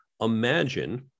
imagine